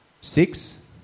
six